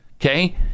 okay